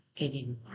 anymore